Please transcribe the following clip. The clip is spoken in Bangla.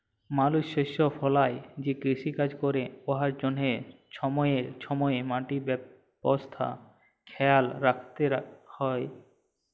মালুস শস্য ফলাঁয় যে কিষিকাজ ক্যরে উয়ার জ্যনহে ছময়ে ছময়ে মাটির অবস্থা খেয়াল রাইখতে হ্যয়